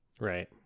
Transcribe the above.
Right